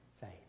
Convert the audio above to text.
Faith